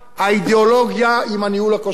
האידיאולוגיה עם הניהול הכושל.